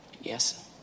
yes